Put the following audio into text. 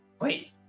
Wait